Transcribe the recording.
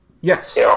Yes